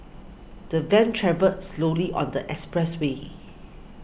the van travelled slowly on the expressway